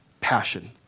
passion